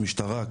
משטרה,